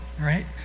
right